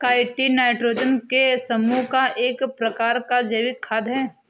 chitin nitrogen के समूह का एक प्रकार का जैविक खाद है